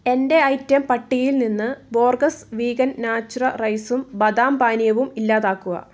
എന്റെ ഐറ്റം പട്ടികയിൽ നിന്ന് ബോർഗസ് വീഗൻ നാച്ചുറ റൈസും ബദാം പാനീയവും ഇല്ലാതാക്കുക